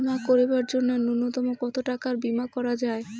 বীমা করিবার জন্য নূন্যতম কতো টাকার বীমা করা যায়?